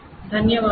ధన్యవాదాలు